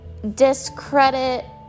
discredit